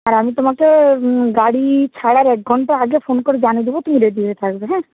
আর আমি তোমাকে গাড়ি ছাড়ার এক ঘন্টা আগে ফোন করে জানিয়ে দেবো তুমি রেডি হয়ে থাকবে হ্যাঁ